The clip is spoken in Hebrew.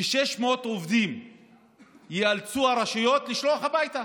ש-600 עובדים ייאלצו הרשויות לשלוח הביתה,